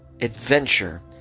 adventure